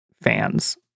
fans